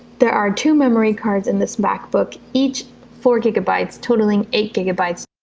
there are two memory cards in this macbook each four gigabytes totaling eight gigabytes